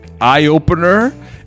eye-opener